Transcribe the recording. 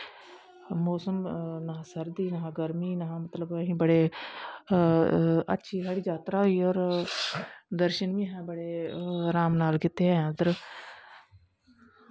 मौसम नां सर्दी नां गर्मीं नां मतलव अस बड़े अच्छी साढ़ी जात्तर होई और दर्शन बी साढ़े राम नाल कीते उद्धर